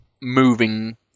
moving